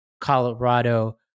Colorado